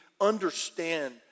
Understand